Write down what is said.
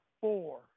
four